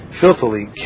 filthily